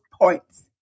points